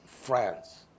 France